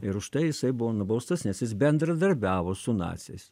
ir už tai jisai buvo nubaustas nes jis bendradarbiavo su naciais